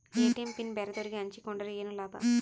ATM PIN ಬ್ಯಾರೆದವರಗೆ ಹಂಚಿಕೊಂಡರೆ ಏನು ಲಾಭ?